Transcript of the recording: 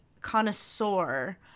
Connoisseur